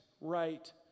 right